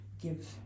give